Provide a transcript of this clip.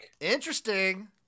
Interesting